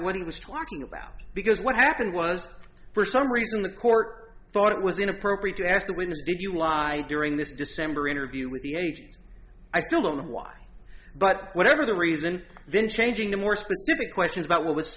what he was talking about because what happened was for some reason the court thought it was inappropriate to ask a witness did you lie during this december interview with the agent i still don't know why but whatever the reason then changing the more specific questions about what was